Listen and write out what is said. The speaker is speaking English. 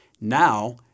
Now